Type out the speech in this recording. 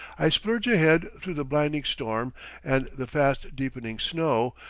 i splurge ahead through the blinding storm and the fast-deepening snow,